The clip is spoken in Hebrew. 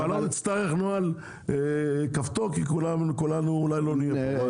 לא נצטרך נוהל כפתור, כי אולי כולנו לא נהיה.